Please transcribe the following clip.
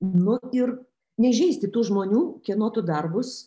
nu ir neįžeisti tų žmonių kieno tu darbus